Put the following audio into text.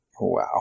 Wow